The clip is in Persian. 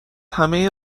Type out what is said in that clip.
همهی